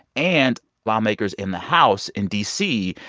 and lawmakers in the house in d c,